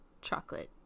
chocolate